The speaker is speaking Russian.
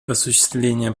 осуществление